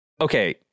Okay